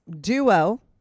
duo